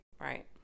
right